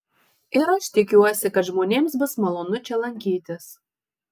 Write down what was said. ir aš tikiuosi kad žmonėms bus malonu čia lankytis